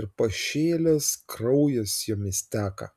ir pašėlęs kraujas jomis teka